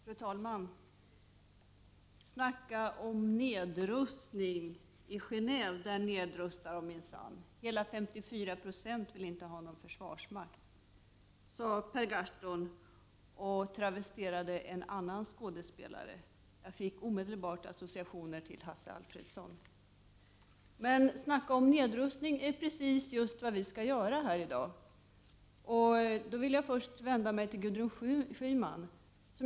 Fru talman! ”Snacka om nedrustning — i Genéve där nedrustar de minsann. Hela 54 96 vill inte ha någon försvarsmakt”, sade Per Gahrton och travesterade en annan skådespelare. Jag fick omedelbart associationer till Hasse Alfredson. Men snacka om nedrustning är precis vad vi skall göra i dag, och då vill jag först vända mig till Gudrun Schyman.